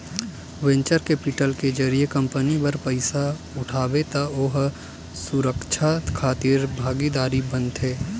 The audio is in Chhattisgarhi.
वेंचर केपिटल के जरिए कंपनी बर पइसा उठाबे त ओ ह सुरक्छा खातिर भागीदार बनथे